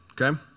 okay